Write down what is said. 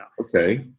okay